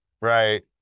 Right